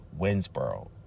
Winsboro